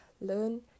Learn